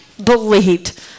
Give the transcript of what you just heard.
Believed